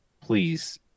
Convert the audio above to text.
please